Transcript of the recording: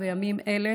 ובימים אלה